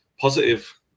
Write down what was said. positive